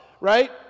right